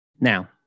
Now